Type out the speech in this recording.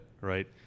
Right